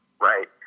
Right